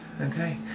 Okay